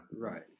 Right